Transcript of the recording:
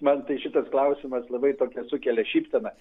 man tai šitas klausimas labai tokią sukelia šypseną